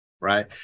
right